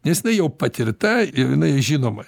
nes jinai jau patirta ir jinai žinoma